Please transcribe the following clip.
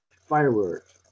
fireworks